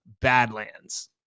badlands